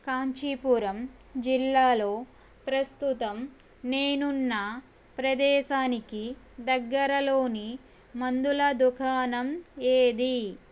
కాంచీపురం జిల్లాలో ప్రస్తుతం నేనున్న ప్రదేశానికి దగ్గరలోని మందుల దుకాణం ఏది